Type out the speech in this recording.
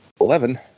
Eleven